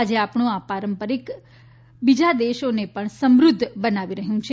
આજે આપણું આ પારંપારીક બીજા દેશોને પણ સમૃધ્ધ બનાવી રહ્યું છે